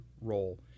role